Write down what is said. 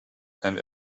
and